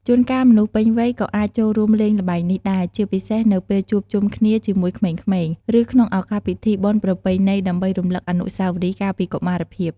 ជួនកាលមនុស្សពេញវ័យក៏អាចចូលរួមលេងល្បែងនេះដែរ ជាពិសេសនៅពេលជួបជុំគ្នាជាមួយក្មេងៗ ឬក្នុងឱកាសពិធីបុណ្យប្រពៃណី ដើម្បីរំលឹកអនុស្សាវរីយ៍កាលពីកុមារភាព។